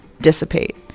dissipate